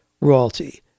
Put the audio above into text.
royalty